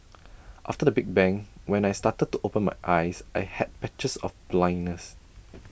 after the big bang when I started to open my eyes I had patches of blindness